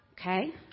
Okay